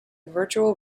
virtual